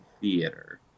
theater